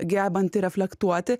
gebanti reflektuoti